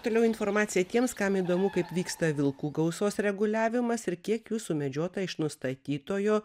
toliau informacija tiems kam įdomu kaip vyksta vilkų gausos reguliavimas ir kiek jų sumedžiota iš nustatytojo